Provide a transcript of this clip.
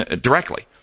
directly